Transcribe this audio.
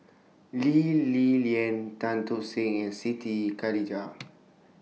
Lee Li Lian Tan Tock Seng and Siti Khalijah